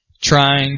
trying